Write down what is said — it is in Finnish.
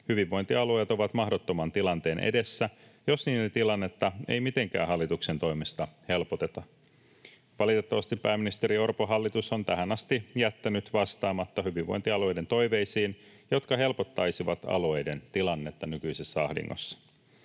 hyvinvointialueet ovat mahdottoman tilanteen edessä, jos niiden tilannetta ei mitenkään hallituksen toimesta helpoteta. Valitettavasti pääministeri Orpon hallitus on tähän asti jättänyt vastaamatta hyvinvointialueiden toiveisiin, jotka helpottaisivat alueiden tilannetta nykyisessä ahdingossa.